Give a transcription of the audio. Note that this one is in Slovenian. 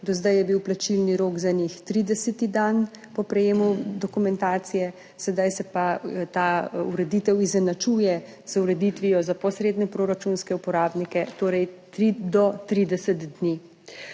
Do zdaj je bil plačilni rok za njih 30. dan po prejemu dokumentacije, sedaj se pa ta ureditev izenačuje z ureditvijo za posredne proračunske uporabnike, torej do 30 dni.